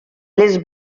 les